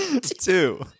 Two